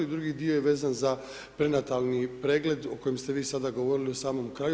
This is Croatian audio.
I drugi dio je vezan za prenatalni pregled o kojem ste vi sada govorili u samom kraju.